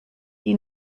die